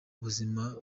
buzima